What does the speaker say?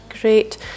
Great